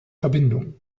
verbindung